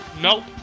Nope